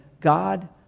God